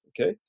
Okay